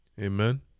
Amen